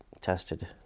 tested